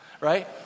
right